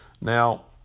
Now